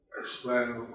explain